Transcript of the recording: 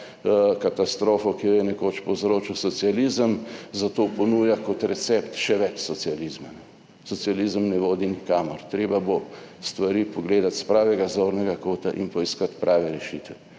katastrofo, ki jo je nekoč povzročil socializem, zato ponuja kot recept še več socializma. Socializem ne vodi nikamor. Treba bo stvari pogledati s pravega zornega kota in poiskati prave rešitve,